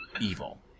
evil